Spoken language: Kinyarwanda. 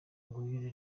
nguyu